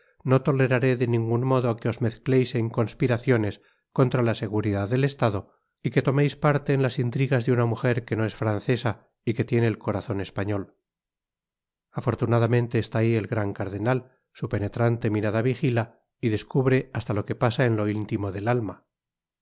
no toleraré de ningun modo que os mezcleis en conspiraciones contra la seguridad del estado y que tomeis parte en las intrigas de una mujer que no es francesa y que tiene el corazon español afortunadamente está ahí el gran cardenal su penetrante mirada vijila y descubre hasta lo que pasa en lo intimo del alma